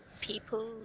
people